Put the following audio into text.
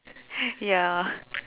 ya